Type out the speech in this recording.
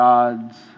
God's